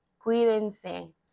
cuídense